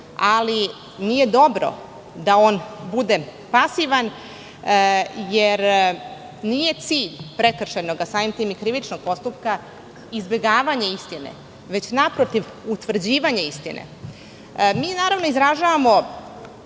ali nije dobro da on bude pasivan, jer nije cilj prekršajnog, a samim tim i krivičnog postupka, izbegavanje istine, već naprotiv, utvrđivanje istine. Mi izražavamo